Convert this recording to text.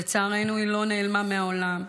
לצערנו, היא לא נעלמה מהעולם.